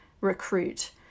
recruit